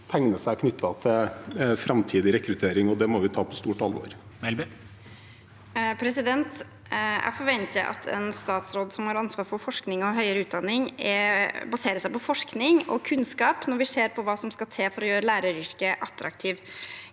avtegner seg, knyttet til framtidig rekruttering. Det må vi ta på stort alvor. Guri Melby (V) Jeg forventer at en stats- råd som har ansvaret for forskning og høyere utdanning, baserer seg på forskning og kunnskap når vi skal se på hva som skal til for å gjøre læreryrket attraktivt.